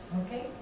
Okay